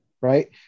Right